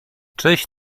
czyś